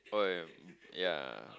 oh yeah yeah